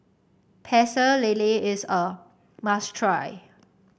Pecel Lele is a must try